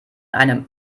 einem